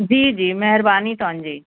जी जी महिरबानी तव्हांजी